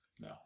No